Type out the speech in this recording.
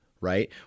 right